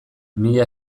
mila